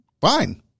fine